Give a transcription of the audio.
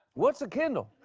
what's a kindle?